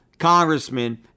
Congressman